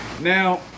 Now